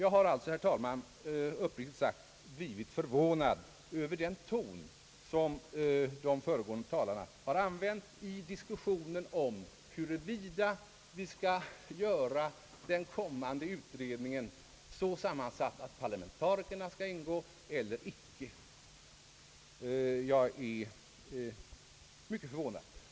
Jag har alltså, herr talman, uppriktigt sagt blivit förvånad över den ton, som de föregående talarna har använt i diskussionen om huruvida vi skall göra den kommande utredningen så sammansatt, att parlamentarikerna skall ingå eller icke.